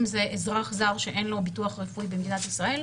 אם זה אזרח זר שאין לו ביטוח רפואי במדינת ישראל,